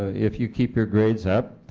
if you keep your grades up